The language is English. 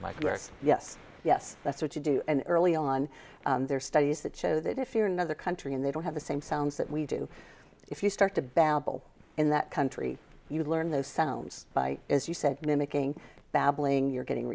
yes yes yes that's what you do and early on there are studies that show that if you're another country and they don't have the same sounds that we do if you start to babble in that country you learn those sounds by as you said mimicking babbling you're getting